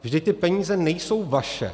Vždyť ty peníze nejsou vaše.